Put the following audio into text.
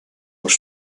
was